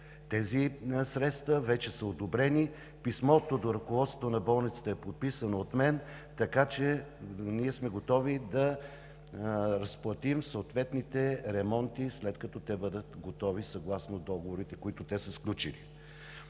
Тези средства вече са одобрени. Писмото до ръководството на болницата е подписано от мен, така че ние сме готови да разплатим съответните ремонти, след като бъдат готови съгласно договорите, които те са сключили.